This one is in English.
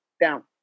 down